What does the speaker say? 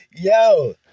Yo